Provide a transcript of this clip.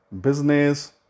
business